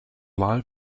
live